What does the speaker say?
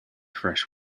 fresh